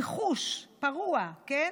עכשיו אני שואלת אתכם, ניחוש פרוע, כן?